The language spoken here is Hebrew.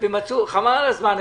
חבל על הזמן.